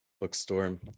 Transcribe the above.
bookstore